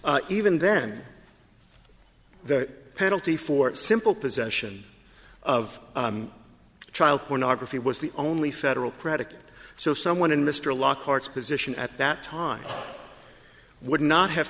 even then the penalty for simple possession of child pornography was the only federal predicate so someone in mr lockhart's position at that time would not have